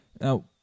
Now